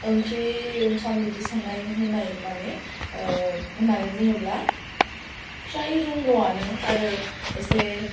ओंख्रि ओंखाम बिदि संनाय होनाय माने होननानै बुङोब्ला फ्राय रोंगौयानो आरो ऐसे